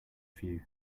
few